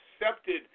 accepted